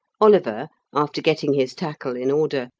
oliver, after getting his tackle in order,